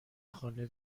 خانه